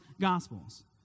Gospels